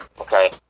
okay